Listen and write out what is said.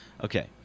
Okay